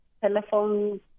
telephone